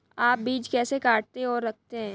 आप बीज कैसे काटते और रखते हैं?